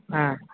ஆ